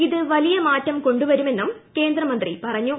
ഇത് വലിയ മാറ്റം കൊണ്ടുവരുമെന്നും കേന്ദ്രമന്ത്രി പറഞ്ഞു